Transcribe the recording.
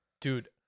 dude